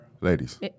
Ladies